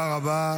תודה רבה.